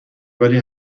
ولی